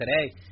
today